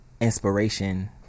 inspiration